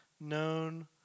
known